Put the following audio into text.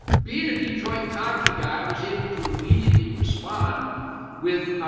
being a detroit cocky guy, i was able to immediately respond with,